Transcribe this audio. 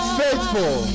faithful